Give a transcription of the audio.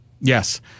Yes